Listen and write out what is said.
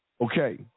Okay